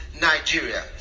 Nigeria